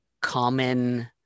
common